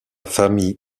famille